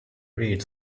read